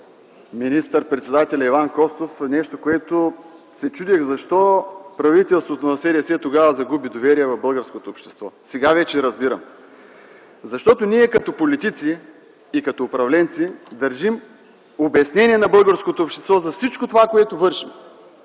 министър-председателя Иван Костов нещо, за което се чудех защо правителството на СДС тогава загуби доверие в българското общество. Сега вече разбирам. Защото ние като политици и като управленци дължим обяснение на българското общество за всичко това, което вършим.